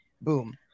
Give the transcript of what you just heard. boom